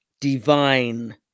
divine